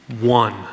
one